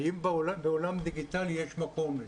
האם בעולם דיגיטלי יש מקום לזה.